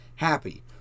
Happy